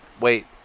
Wait